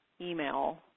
email